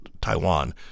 Taiwan